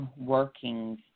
workings